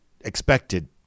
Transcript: expected